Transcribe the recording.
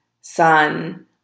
sun